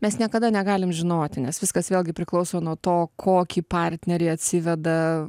mes niekada negalim žinoti nes viskas vėlgi priklauso nuo to kokį partnerį atsiveda